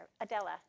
Adela